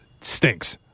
stinks